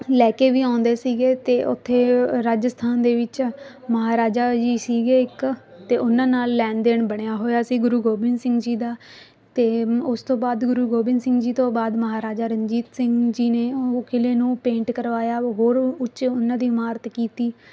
ਲੈ ਕੇ ਵੀ ਆਉਂਦੇ ਸੀਗੇ ਅਤੇ ਉੱਥੇ ਰਾਜਸਥਾਨ ਦੇ ਵਿੱਚ ਮਹਾਰਾਜਾ ਜੀ ਸੀਗੇ ਇੱਕ ਅਤੇ ਉਹਨਾਂ ਨਾਲ ਲੈਣ ਦੇਣ ਬਣਿਆ ਹੋਇਆ ਸੀ ਗੁਰੂ ਗੋਬਿੰਦ ਸਿੰਘ ਜੀ ਦਾ ਅਤੇ ਉਸ ਤੋਂ ਬਾਅਦ ਗੁਰੂ ਗੋਬਿੰਦ ਸਿੰਘ ਜੀ ਤੋਂ ਬਾਅਦ ਮਹਾਰਾਜਾ ਰਣਜੀਤ ਸਿੰਘ ਜੀ ਨੇ ਉਹ ਕਿਲ੍ਹੇ ਨੂੰ ਪੇਂਟ ਕਰਵਾਇਆ ਹੋਰ ਉੱਚੇ ਉਹਨਾਂ ਦੀ ਇਮਾਰਤ ਕੀਤੀ